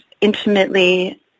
intimately